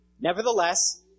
Nevertheless